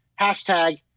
Hashtag